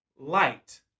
light